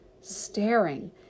staring